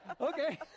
okay